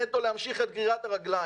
נטו להמשיך את גרירת הרגליים.